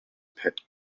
pet